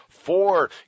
Four